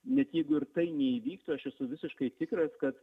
net jeigu ir tai neįvyktų aš esu visiškai tikras kad